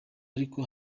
ariko